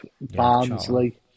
Barnsley